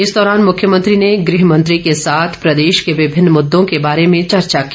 इस दौरान मुख्यमंत्री ने गृहमंत्री के साथ प्रदेश के विभिन्न मुद्दों के बारे में चर्चा की